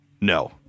no